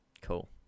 cool